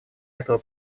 этого